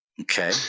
Okay